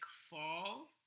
Fall